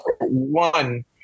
one